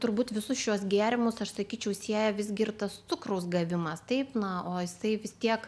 turbūt visus šiuos gėrimus aš sakyčiau sieja visgi ir tas cukraus gavimas taip na o jisai vis tiek